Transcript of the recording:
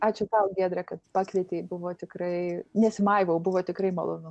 ačiū tau giedre kad pakvietei buvo tikrai nesimaivau buvo tikrai malonu